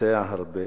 נוסע הרבה,